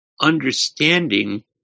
understanding